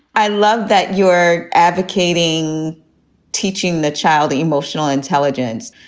i love that you're advocating teaching the child emotional intelligence.